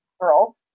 girls